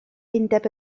undeb